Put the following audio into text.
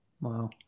Wow